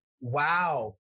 Wow